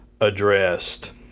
addressed